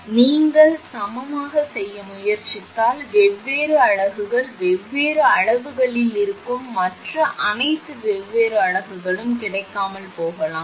எனவே நீங்கள் சமமாக செய்ய முயற்சித்தால் வெவ்வேறு அலகுகள் வெவ்வேறு அளவுகளில் இருக்கும் மற்றும் அனைத்து வெவ்வேறு அலகுகளும் கிடைக்காமல் போகலாம்